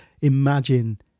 imagine